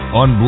on